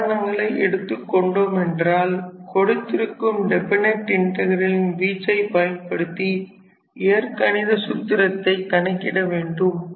உதாரணங்களை எடுத்துக் கொண்டோம் என்றால் கொடுத்திருக்கும் டெஃபனைட் இன்டகிரலின் வீச்சை பயன்படுத்தி இயற்கணித சூத்திரத்தை கணக்கிட வேண்டும்